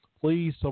please